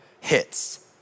hits